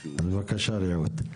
בבקשה, רעות.